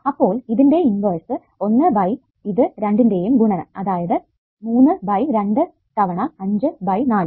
അപ്പോൾ ഇതിന്റെ inverse 1 by ഇത് രണ്ടിന്റെയും ഗുണനം അതായതു 3 ബൈ 2 തവണ 5 ബൈ 4